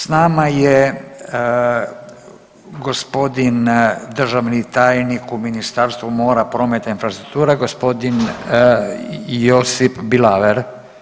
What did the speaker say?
Sa nama je gospodin državni tajnik u Ministarstvu mora, prometa i infrastruktura gospodin Josip Bilaver.